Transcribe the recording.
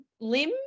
limb